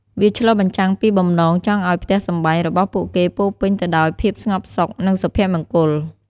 វាឆ្លុះបញ្ចាំងពីបំណងចង់ឱ្យផ្ទះសម្បែងរបស់ពួកគេពោរពេញទៅដោយភាពស្ងប់សុខ និងសុភមង្គល។